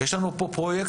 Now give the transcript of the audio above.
יש לנו פה פרויקטור,